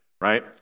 right